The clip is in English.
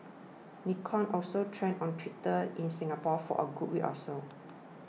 Nikon also trended on Twitter in Singapore for a good week or so